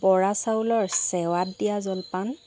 বৰা চাউলৰ চেৱাত দিয়া জলপান